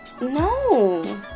no